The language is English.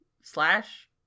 slash